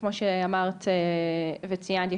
כמו שאמרת וציינת,